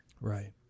Right